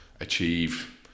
achieve